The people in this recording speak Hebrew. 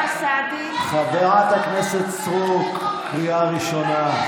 חברת הכנסת סטרוק, קריאה ראשונה.